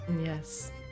Yes